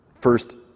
first